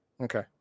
Okay